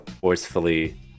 forcefully